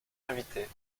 invités